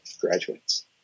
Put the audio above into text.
graduates